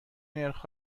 نرخ